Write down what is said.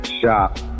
shop